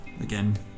again